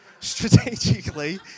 strategically